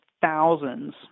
thousands